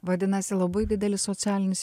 vadinasi labai didelis socialinis